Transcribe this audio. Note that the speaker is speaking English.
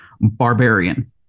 Barbarian